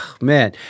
man